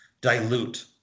dilute